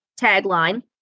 tagline